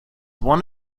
one